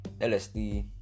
lsd